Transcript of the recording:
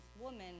woman